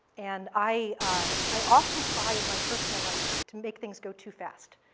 and i i often try in my personal life to make things go too fast.